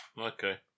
Okay